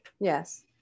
Yes